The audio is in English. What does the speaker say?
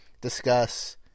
discuss